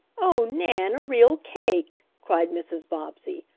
oh, nan, a real cake! cried mrs. bobbsey.